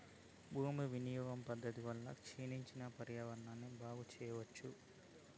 భూ వినియోగ పద్ధతి వల్ల క్షీణించిన పర్యావరణాన్ని బాగు చెయ్యచ్చు